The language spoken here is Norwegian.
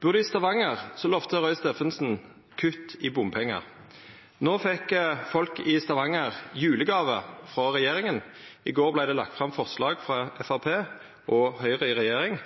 Bur du i Stavanger, lovde Roy Steffensen kutt i bompengar. No fekk folk i Stavanger julegåve frå regjeringa. I går vart det lagt fram forslag frå Framstegspartiet og Høgre i regjering